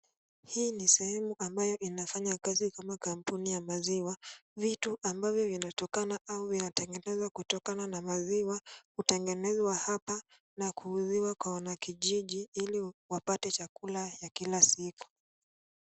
Hii ni sehemu ambayo inafanya kazi kama kampuni ya maziwa. Vitu ambavyo vinatokana au vinatengenezwa kutokana na maziwa hutengenezwa hapa na kuuziwa kwa wanakijiji ili wapate chakula ya kila siku.